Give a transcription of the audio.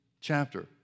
chapter